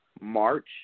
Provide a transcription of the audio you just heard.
march